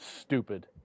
Stupid